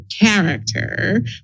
character